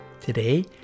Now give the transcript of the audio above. Today